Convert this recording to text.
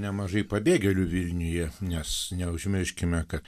nemažai pabėgėlių vilniuje nes neužmirškime kad